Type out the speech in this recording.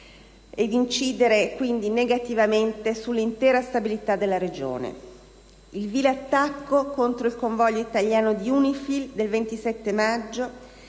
e di incidere negativamente sulla stabilità regionale. Il vile attacco contro il convoglio italiano di UNIFIL del 27 maggio